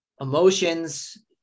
emotions